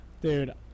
Dude